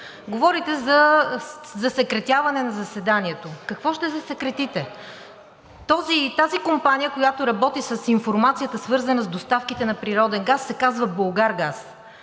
Говорите за засекретяване на заседанието. Какво ще засекретите?! Тази компания, която работи с информацията, свързана с доставките на природен газ, се казва „Булгаргаз“.